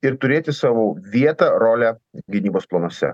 ir turėti savo vietą rolę gynybos planuose